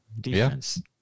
defense